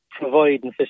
providing